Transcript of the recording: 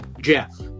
Jeff